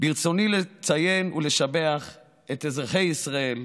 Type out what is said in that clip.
ברצוני לציין ולשבח את אזרחי ישראל,